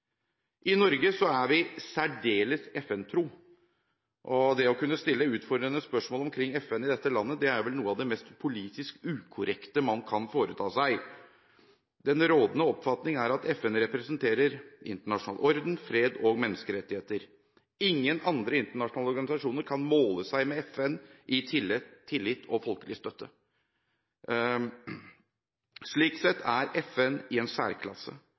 I Norge er vi særdeles FN-tro, og det å stille utfordrende spørsmål omkring FN i dette landet er vel noe av det politisk mest ukorrekte man kan foreta seg. Den rådende oppfatning er at FN representerer internasjonal orden, fred og menneskerettigheter. Ingen andre internasjonale organisasjoner kan måle seg med FN i tillit og folkelig støtte. Slik sett er FN i en særklasse.